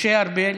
משה ארבל,